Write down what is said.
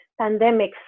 pandemics